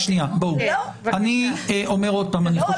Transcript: עכשיו אני